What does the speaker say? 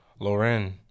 lauren